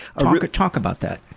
ah talk about that.